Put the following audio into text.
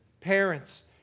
Parents